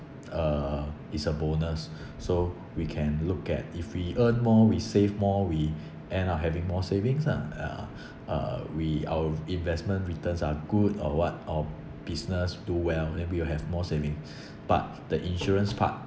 uh it's a bonus so we can look at if we earn more we save more we end up having more savings lah ya uh we our investment returns are good or what or business do well then we will have more savings but the insurance part